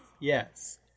Yes